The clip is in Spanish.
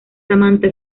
samantha